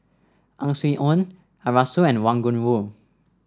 Ang Swee Aun Arasu and Wang Gungwu